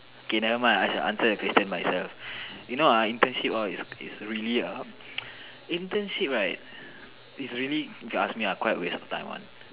okay never mind I shall answer the question myself you know ah internship all is is really a internship right is really if you ask me ah quite waste of time one